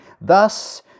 Thus